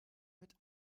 mit